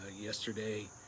yesterday